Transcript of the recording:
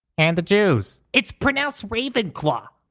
and the jews. it's pronounced ravenclaw.